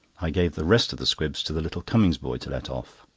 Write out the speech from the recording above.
i gave the rest of the squibs to the little cummings' boy to let off.